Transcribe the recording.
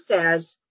says